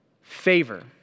favor